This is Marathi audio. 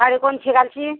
साडी कोणशी घालशी